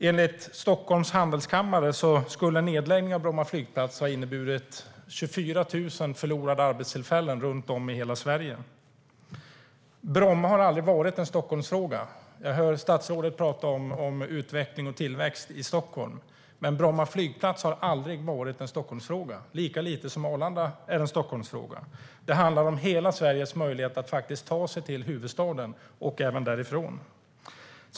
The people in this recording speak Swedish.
Enligt Stockholms Handelskammare skulle en nedläggning av Bromma flygplats ha inneburit 24 000 förlorade arbetstillfällen runt om i hela Sverige. Bromma har därför aldrig varit en Stockholmsfråga. Jag hör statsrådet tala om utveckling och tillväxt i Stockholm, men Bromma flygplats har aldrig varit en Stockholmsfråga, lika lite som Arlanda är en Stockholmsfråga. Det handlar om hela Sveriges möjlighet att ta sig till huvudstaden och även därifrån.